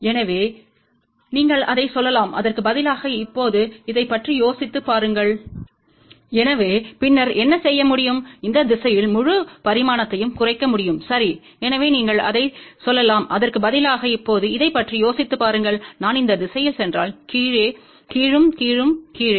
எனவே நீங்கள் அதை சொல்லலாம் அதற்கு பதிலாக இப்போது இதைப் பற்றி யோசித்துப் பாருங்கள் நான் இந்த திசையில் சென்றால் கீழே கீழும் கீழும் கீழே